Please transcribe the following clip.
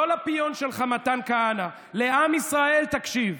לא לפיון שלך מתן כהנא, לעם ישראל תקשיב.